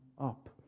up